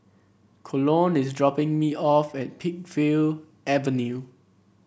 Colon is dropping me off at Peakville Avenue